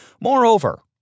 Moreover